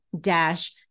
dash